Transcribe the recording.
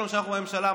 כל יום שאנחנו בממשלה,